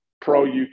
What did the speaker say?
pro-UK